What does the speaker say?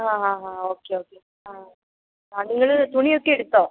ആ ഹാ ഹാ ഓക്കേ ഓക്കേ ആ ആ നിങ്ങൾ തുണിയൊക്കെ എടുത്തോ